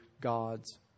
God's